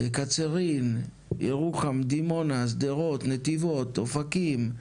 קצרין, ירוחם, דימונה, שדרות, נתיבות, אופקים,